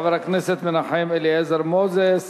חבר הכנסת מנחם אליעזר מוזס,